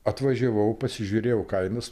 atvažiavau pasižiūrėjau kainas